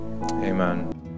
Amen